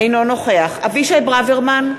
אינו נוכח אבישי ברוורמן,